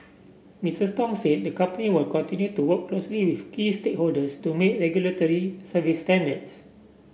Mister Tong said the company will continue to work closely with key stakeholders to meet regulatory service standards